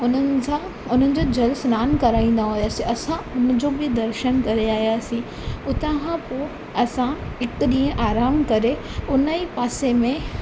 उन्हनि सां उन्हनि जो जल सनानु कराईंदा हुआसीं असां हुन जो बि दर्शन करे आहियासीं उता खां पोइ असां हिकु ॾींहं आराम करे उन ई पासे में